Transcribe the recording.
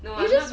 you just